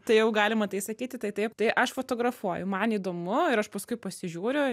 tai jau galima tai sakyti tai taip tai aš fotografuoju man įdomu ir aš paskui pasižiūriu